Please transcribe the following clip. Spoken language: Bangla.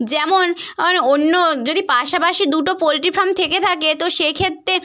যেমন অন্য যদি পাশাপাশি দুটো পোলট্রি ফার্ম থেকে থাকে তো সেক্ষেত্রে